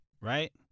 right